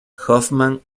hoffman